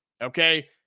okay